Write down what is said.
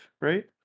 right